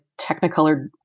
technicolor